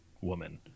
woman